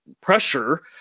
pressure